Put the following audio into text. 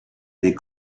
les